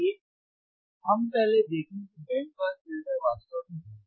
आइए हम पहले देखें कि बैंड पास फिल्टर वास्तव में है क्या